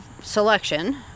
selection